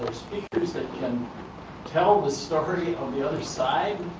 speakers that can tell the story of the other side?